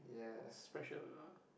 that's special